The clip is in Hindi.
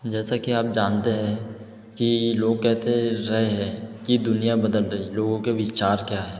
जैसा की आप जानते हैं कि लोग कहते रहे हैं कि दुनिया बदल रही लोगों के विचार क्या है